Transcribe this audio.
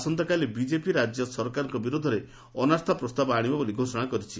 ଆସନ୍ତାକାଲି ବିକେପି ରାଜ୍ୟ ସରକାରଙ୍କ ବିରୋଧରେ ଅନାସ୍ଥାପ୍ରସ୍ତାବ ଆଣିବ ବୋଲି ଘୋଷଣା କରିଛି